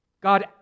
God